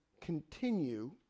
continue